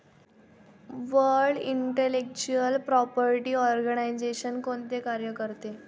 World intellectual property organisation कोणते कार्य करते?